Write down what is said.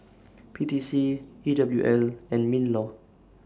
P T C E W L and MINLAW